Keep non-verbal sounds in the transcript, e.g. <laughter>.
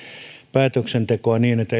päätöksentekoa niin että <unintelligible>